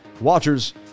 watchers